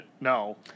No